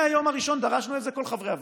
מהיום הראשון דרשנו את זה, כל חברי הוועדה.